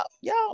y'all